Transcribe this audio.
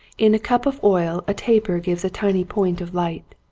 in a cup of oil a taper gives a tiny point of light.